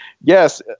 yes